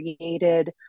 created